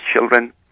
children